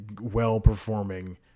well-performing